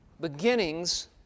Beginnings